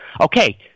Okay